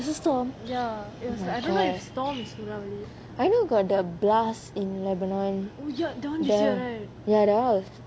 there's a storm oh my god I know got the blast in netherland then ya that [one] was